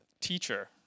Teacher